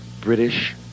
British